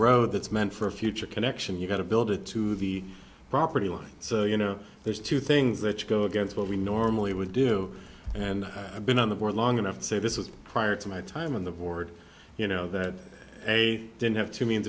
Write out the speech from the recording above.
row that's meant for a future connection you've got to build it to the property line so you know there's two things that go against what we normally would do and i've been on the board long enough to say this is prior to my time on the board you know that they didn't have to means